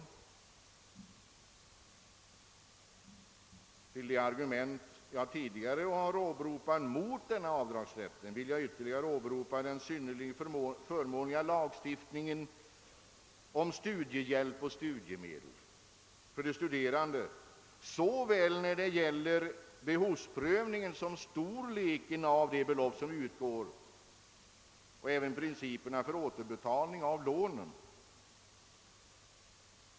Utöver de argument jag tidigare har åberopat mot denna avdragsrätt vill jag erinra om lagstiftningen om studiehjälp och studiemedel, som är synnerligen förmånlig när det gäller såväl behovsprövningen som storleken av de belopp som utgår och även när det gäller principerna för återbetalning av lånen.